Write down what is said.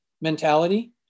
mentality